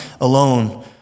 alone